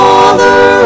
Father